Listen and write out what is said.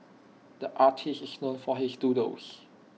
the artist is known for his doodles